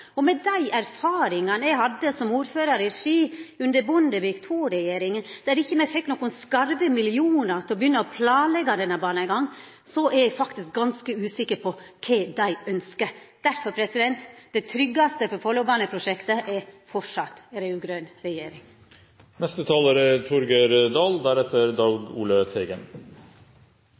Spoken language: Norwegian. deira. Med dei erfaringane eg hadde som ordførar i Ski under Bondevik II-regjeringa, der me ikkje eingong fekk nokre skarve millionar til å begynna å planleggja denne banen, er eg ganske usikker på kva dei ønskjer. Derfor er det tryggaste for Follobane-prosjektet ei fortsett raud-grøn regjering. NTP 2014–2023 er